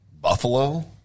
Buffalo